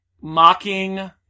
Mocking